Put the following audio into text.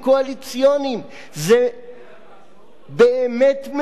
זה באמת מביש למדינת ישראל,